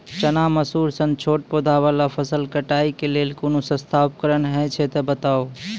चना, मसूर सन छोट पौधा वाला फसल कटाई के लेल कूनू सस्ता उपकरण हे छै तऽ बताऊ?